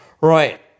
Right